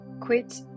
Quit